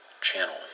channel